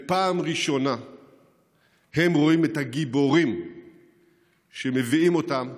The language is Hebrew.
ובפעם הראשונה הם רואים את הגיבורים שמביאים אותם,